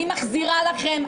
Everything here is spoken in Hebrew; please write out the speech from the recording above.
אני מחזירה לכם,